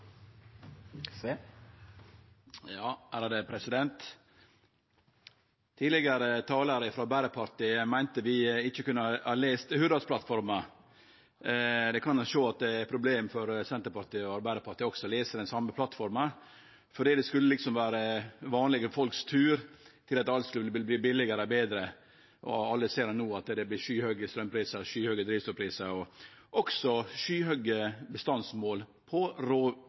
Arbeidarpartiet meinte vi ikkje kunne ha lese Hurdalsplattforma. Det kan sjå ut som at det er eit problem for Senterpartiet og Arbeidarpartiet også å lese den same plattforma, for det skulle jo verte vanlege folk sin tur, og alt skulle verte billegare og betre. Men alle ser jo no at det vert skyhøge straumprisar, skyhøge drivstoffprisar og